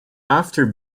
after